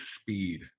speed